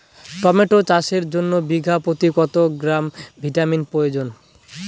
Tomato চাষের জন্য বিঘা প্রতি কত গ্রাম ভিটামিন প্রয়োজন?